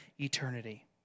eternity